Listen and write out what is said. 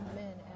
men